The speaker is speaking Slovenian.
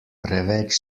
preveč